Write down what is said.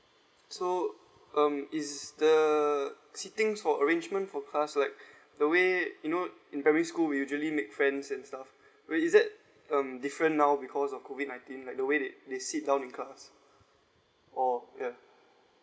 so um is the sittings for arrangement for class like the way you know in primary school we usually make friends and stuff well is there um different now because of COVID nineteen like the way they sit down in class or ya